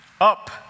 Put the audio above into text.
up